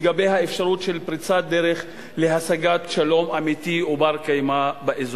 לגבי האפשרות של פריצת דרך להשגת שלום אמיתי ובר-קיימא באזור.